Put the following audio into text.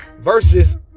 versus